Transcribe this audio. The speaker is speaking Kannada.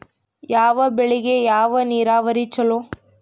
ಯಾವ ಬೆಳಿಗೆ ಯಾವ ನೇರಾವರಿ ಛಲೋ?